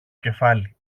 κεφάλι